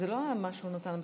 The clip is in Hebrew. זה לא מה שהוא נתן בכתב,